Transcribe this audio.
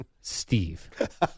Steve